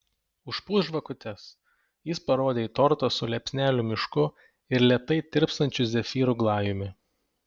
užpūsk žvakutes jis parodė į tortą su liepsnelių mišku ir lėtai tirpstančiu zefyrų glajumi